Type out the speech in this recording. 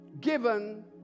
given